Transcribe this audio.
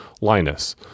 Linus